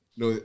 no